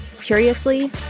curiously